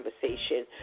conversation